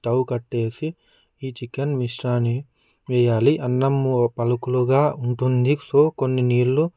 stove కట్టేసి ఈ chicken మిస్రాన్ని వెయ్యాలి అన్నం పలుకులుగా ఉంటుంది సో కొన్ని నీళ్లు